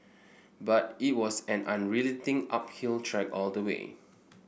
but it was an unrelenting uphill trek all the way